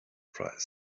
price